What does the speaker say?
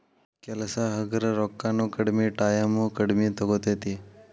ಕೆಲಸಾ ಹಗರ ರೊಕ್ಕಾನು ಕಡಮಿ ಟಾಯಮು ಕಡಮಿ ತುಗೊತತಿ